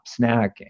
snacking